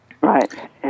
Right